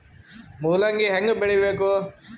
ಮೂಲಂಗಿ ಹ್ಯಾಂಗ ಬೆಳಿಬೇಕು?